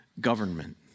government